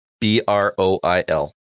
B-R-O-I-L